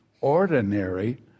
ordinary